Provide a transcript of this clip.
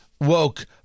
woke